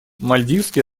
мальдивские